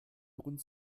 grund